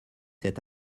cet